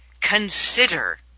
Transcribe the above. consider